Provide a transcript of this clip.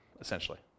essentially